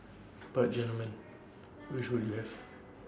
but gentlemen which would you have